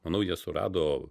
manau jie surado